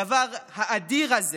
הדבר האדיר הזה